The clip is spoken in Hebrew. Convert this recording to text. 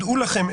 דעו לכם,